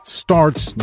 starts